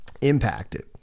impacted